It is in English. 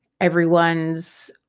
Everyone's